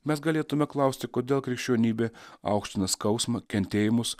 mes galėtume klausti kodėl krikščionybė aukština skausmą kentėjimus